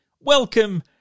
Welcome